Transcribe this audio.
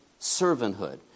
servanthood